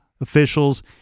officials